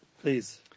Please